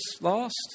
lost